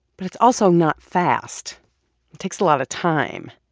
but it's also not fast. it takes a lot of time.